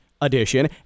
edition